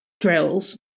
drills